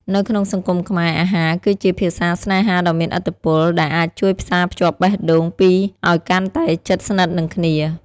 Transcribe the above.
នៅក្នុងសង្គមខ្មែរ អាហារគឺជាភាសាស្នេហាដ៏មានឥទ្ធិពល ដែលអាចជួយផ្សារភ្ជាប់បេះដូងពីរឱ្យកាន់តែជិតស្និទ្ធនឹងគ្នា។